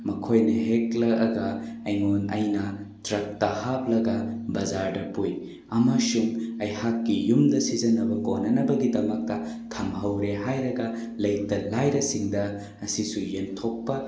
ꯃꯈꯣꯏꯅ ꯍꯦꯛꯂꯛꯑꯒ ꯑꯩꯅ ꯇ꯭ꯔꯛꯇ ꯍꯥꯞꯂꯒ ꯕꯖꯥꯔꯗ ꯄꯨꯏ ꯑꯃꯁꯨꯡ ꯑꯩꯍꯥꯛꯀꯤ ꯌꯨꯝꯗ ꯁꯤꯖꯤꯟꯅꯕ ꯀꯣꯟꯅꯅꯕꯒꯤꯗꯃꯛꯇ ꯊꯝꯍꯧꯔꯦ ꯍꯥꯏꯔꯒ ꯂꯩꯇ ꯂꯥꯏꯔꯁꯤꯡꯗ ꯑꯁꯤꯁꯨ ꯌꯦꯟꯊꯣꯛꯄ